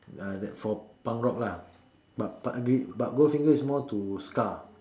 ah that for punk rock lah but but gold finger is more to ska